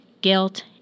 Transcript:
guilt